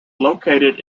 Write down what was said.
located